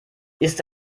ist